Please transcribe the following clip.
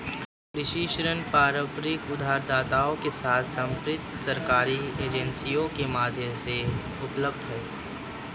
कृषि ऋण पारंपरिक उधारदाताओं के साथ समर्पित सरकारी एजेंसियों के माध्यम से उपलब्ध हैं